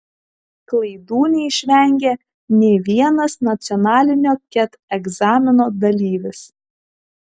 klaidų neišvengė nė vienas nacionalinio ket egzamino dalyvis